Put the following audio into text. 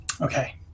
okay